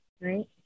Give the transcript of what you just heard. right